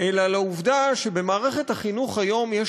אלא לעובדה שבמערכת החינוך היום יש